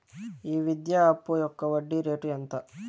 ఈ విద్యా అప్పు యొక్క వడ్డీ రేటు ఎంత?